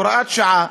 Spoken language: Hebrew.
הוראת שעה.